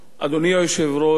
אדוני היושב-ראש,